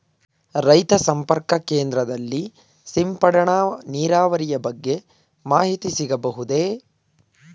ರೈತ ಸಂಪರ್ಕ ಕೇಂದ್ರದಲ್ಲಿ ಸಿಂಪಡಣಾ ನೀರಾವರಿಯ ಬಗ್ಗೆ ಮಾಹಿತಿ ಸಿಗಬಹುದೇ?